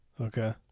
Okay